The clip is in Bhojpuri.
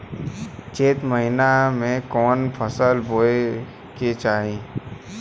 चैत महीना में कवन फशल बोए के चाही?